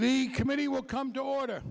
the committee will come to order